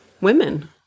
women